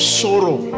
sorrow